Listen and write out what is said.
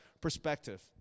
perspective